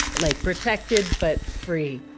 like protected but free.